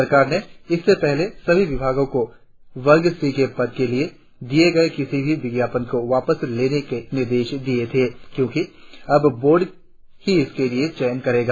सरकार ने इससे पहले सभी विभागों को वर्ग सी के पद के लिए दिए गए किसी भी विज्ञापन को वापस लेने का निर्देश दिया था क्योंकि अब बोर्ड ही इसके लिए चयन करेगा